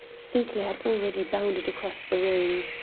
sinclair had already bounded across the room.